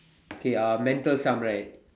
okay uh mental sum right